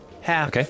half